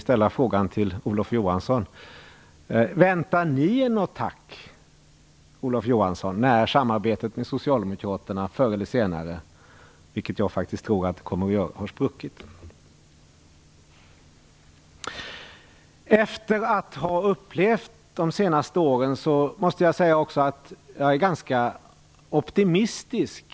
Jag frågar nu Olof Johansson: Väntar ni er något tack, när samarbetet med Socialdemokraterna förr eller senare - jag tror faktiskt att det kommer att göra det - spricker? Efter de senaste åren måste jag ändå säga att jag är ganska optimistisk.